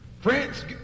France